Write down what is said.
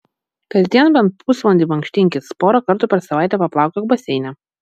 kasdien bent pusvalandį mankštinkis porą kartų per savaitę paplaukiok baseine